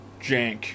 jank